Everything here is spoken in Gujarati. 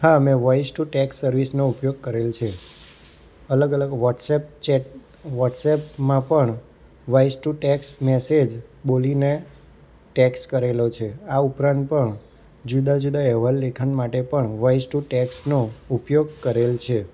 હા મેં વોઇસ ટુ ટેક્સ સર્વિસનો ઉપયોગ કરેલ છે અલગ અલગ વૉટસએપ ચેટ વૉટસએપમાં પણ વોઇસ ટુ ટેક્સ મેસેજ બોલીને ટેક્સ કરેલો છે આ ઉપરાંત પણ જુદા જુદા અહેવાલ લેખન માટે પણ વોઇસ ટુ ટેક્સનો ઉપયોગ કરેલ છે